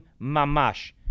Mamash